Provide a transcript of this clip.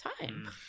time